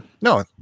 No